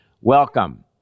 Welcome